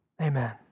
Amen